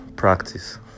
practice